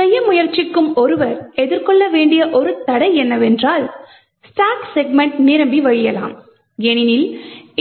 செய்ய முயற்சிக்கும்போது ஒருவர் எதிர்கொள்ள வேண்டிய ஒரு தடை என்னவென்றால் ஸ்டாக் செக்மெண்ட் நிரம்பி வழியலாம் ஏனெனில்